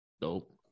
dope